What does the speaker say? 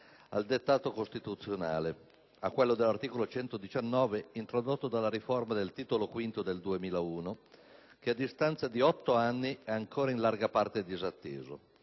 al dettato costituzionale, a quello dell'articolo 119, introdotto dalla riforma del Titolo V del 2001, che, a distanza di otto anni, è ancora in larga parte disatteso.